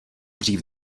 dřív